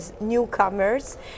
newcomers